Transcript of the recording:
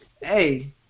hey